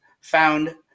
found